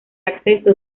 acceso